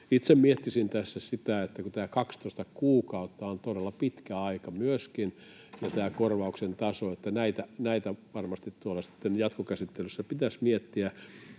Itse miettisin tässä sitä, että tämä 12 kuukautta on todella pitkä aika myöskin, ja tätä korvauksen tasoa. Näitä varmasti sitten jatkokäsittelyssä pitäisi miettiä,